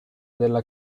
della